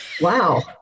wow